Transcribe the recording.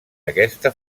aquesta